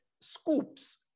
scoops